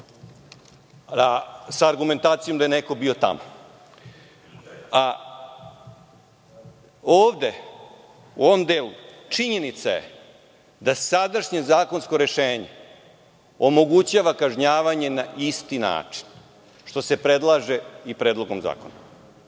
sa argumentacijom da je neko bio tamo. Činjenica je da sadašnje zakonsko rešenje omogućava kažnjavanje na isti način, što se predlaže i predlogom zakona.